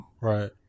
Right